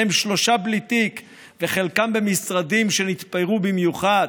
מהם שלושה בלי תיק וחלקם במשרדים שנתפרו במיוחד,